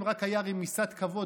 אם רק הייתה רמיסת כבוד,